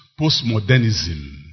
postmodernism